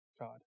God